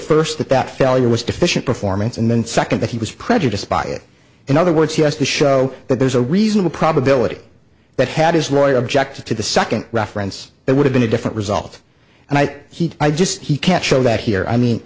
first that that failure was deficient performance and then second that he was prejudiced by it in other words he has to show that there's a reasonable probability that had his lawyer objected to the second reference it would have been a different result and i he i just he can't show that here i mean